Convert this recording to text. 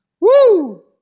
woo